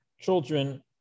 children